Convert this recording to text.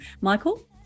Michael